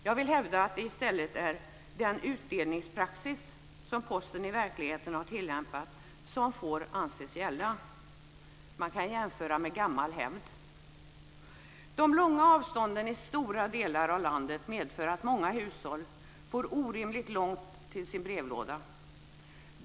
Jag vill hävda att det i stället är den utdelningspraxis som Posten i verkligheten har tillämpat som får anses gälla. Man kan jämföra med gammal hävd. De långa avstånden i stora delar av landet medför att många hushåll får orimligt långt till sin brevlåda.